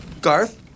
Garth